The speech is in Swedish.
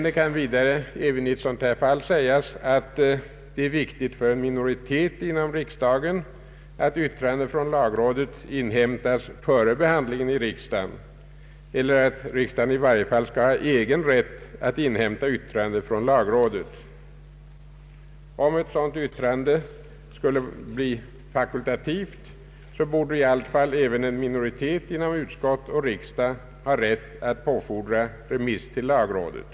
Det kan vidare även i ett sådant här fall sägas att det är viktigt för en minoritet inom riksdagen att yttrande från lagrådet inhämtas före ärendets behandling i riksdagen eller att riksdagen i varje fall skall ha egen rätt att inhämta yttrande från lagrådet. Om ett yttrande skulle bli fakultativt borde i varje fall en minoritet inom utskott och riksdag ha rätt att påfordra remiss till lagrådet.